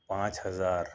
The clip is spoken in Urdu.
پانچ ہزار